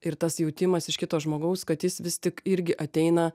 ir tas jautimas iš kito žmogaus kad jis vis tik irgi ateina